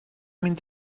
mynd